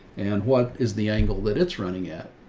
and what is the angle that it's running at?